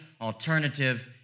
alternative